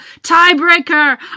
tiebreaker